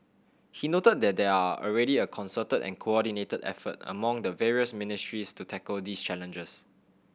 he noted that there are already a concerted and coordinated effort among the various ministries to tackle these challenges